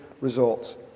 results